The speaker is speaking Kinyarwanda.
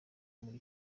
muri